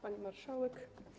Pani Marszałek!